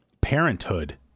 Parenthood